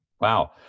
wow